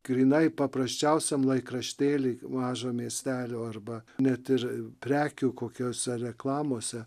grynai paprasčiausiam laikraštėly mažo miestelio arba net ir prekių kokiose reklamose